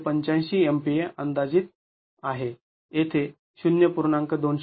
३८५ MPa अंदाजीत आहे येथे ०